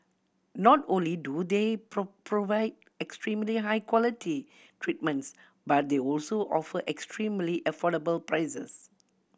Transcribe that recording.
not only do they provide extremely high quality treatments but they also offer extremely affordable prices